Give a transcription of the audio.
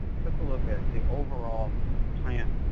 took a look at the overall plant